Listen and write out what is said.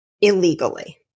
illegally